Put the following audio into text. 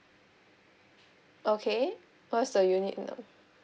okay what's the unit no